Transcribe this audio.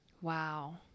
Wow